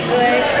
good